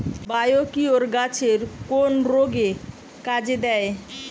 Biocure গাছের কোন রোগে কাজেদেয়?